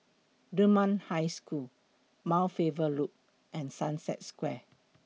Dunman High School Mount Faber Loop and Sunset Square